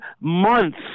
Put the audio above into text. months